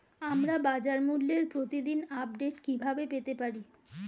আমরা বাজারমূল্যের প্রতিদিন আপডেট কিভাবে পেতে পারি?